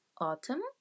autumn